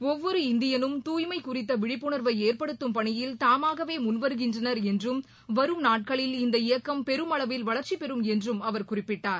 ஒவ்வொரு இந்தியனும் தூய்மை குறித்த விழிப்புணர்வை ஏற்படுத்தும் பணியில் தாமாகவே முன்வருகின்றனர் என்றும் வரும் நாட்களில் இந்த இயக்கம் பெருமளவில் வளர்ச்சி பெரும் என்றும் அவர் குறிப்பிட்டார்